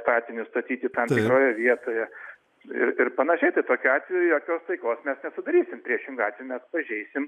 statinius statyti tam tikroje vietoje ir ir panašiai tai tokiu atveju jokios taikos mes nesudarysim priešingu atveju mes pažeisim